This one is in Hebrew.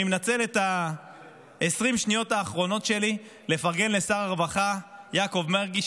אני מנצל את 20 השניות האחרונות שלי לפרגן לשר הרווחה יעקב מרגי,